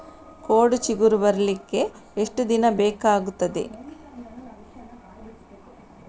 ಕೋಡು ಚಿಗುರು ಬರ್ಲಿಕ್ಕೆ ಎಷ್ಟು ದಿನ ಬೇಕಗ್ತಾದೆ?